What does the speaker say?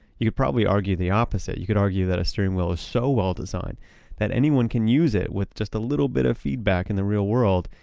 you can probably argue the opposite, you could argue that a steering wheel is so well-designed that anyone can use it with just a little bit of feedback in the real world,